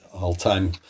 all-time